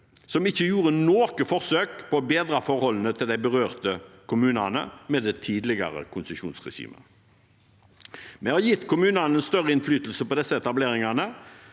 som ikke gjorde noe forsøk på å bedre forholdene til de berørte kommunene med det tidligere konsesjonsregimet. Vi har gitt kommunene større innflytelse på disse etableringene,